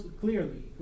clearly